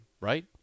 right